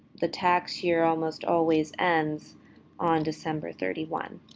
the tax year almost always ends on december thirty one.